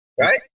Right